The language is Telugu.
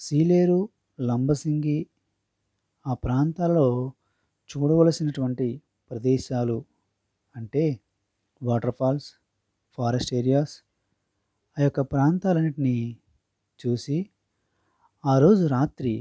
సీలేరు లంబసింగి ఆ ప్రాంతాల్లో చూడవలసినటువంటి ప్రదేశాలు అంటే వాటర్ఫాల్స్ ఫారెస్ట్ ఏరియాస్ ఆయొక్క ప్రాంతాలన్నింటినీ చూసి ఆరోజు రాత్రి